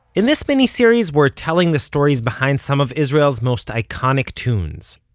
in this mini-series, we're telling the stories behind some of israel's most iconic tunes.